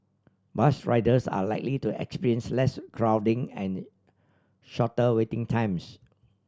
bus riders are likely to experience less crowding and shorter waiting times